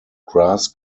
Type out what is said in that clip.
grass